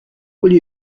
will